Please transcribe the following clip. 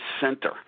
center